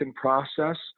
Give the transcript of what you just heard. process